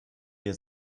wir